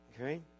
okay